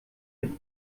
mit